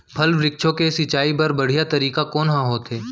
फल, वृक्षों के सिंचाई बर बढ़िया तरीका कोन ह होथे?